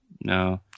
No